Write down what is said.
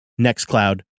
NextCloud